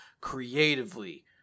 creatively